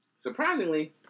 Surprisingly